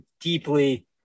deeply